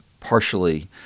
partially